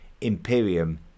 Imperium